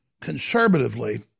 conservatively